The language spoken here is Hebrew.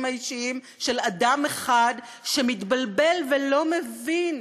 האישיים של אדם אחד שמתבלבל ולא מבין